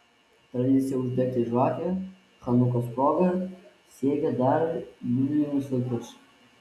tradicija uždegti žvakę chanukos proga siekia dar biblinius laikus